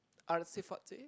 artsy fartsy